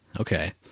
Okay